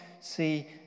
see